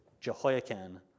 Jehoiakim